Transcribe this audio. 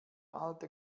alte